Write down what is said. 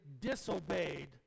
disobeyed